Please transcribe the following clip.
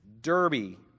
Derby